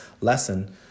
lesson